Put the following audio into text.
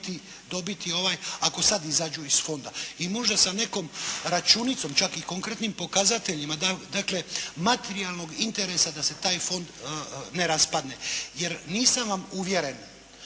dobiti ako sad izađu iz fonda. I možda sam nekom računicom čak i konkretnim pokazateljima dakle materijalnog interesa da se taj fond ne raspadne. Jer nisam vam uvjeren